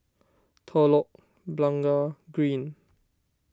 Telok Blangah Green